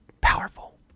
Powerful